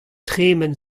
tremen